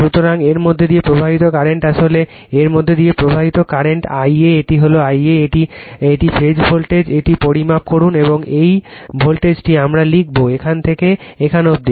সুতরাং এর মধ্য দিয়ে প্রবাহিত কারেন্ট আসলে এর মধ্য দিয়ে প্রবাহিত কারেন্ট হল I a এটি হল I a এটি ভোল্টেজে ফেজার এটি পরিমাপ করুন এবং এই ভোল্টেজটি আমরা লিখবো এখান থেকে এখান অবধি